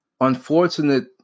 unfortunate